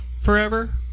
forever